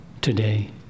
today